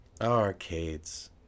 Arcades